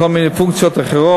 היה בכל מיני פונקציות אחרות,